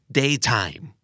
daytime